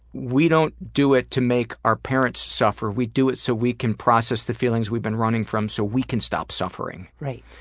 we don't do it to make our parents suffer, we do it so we can process the feelings we've been running from so we can stop suffering. right.